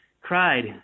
cried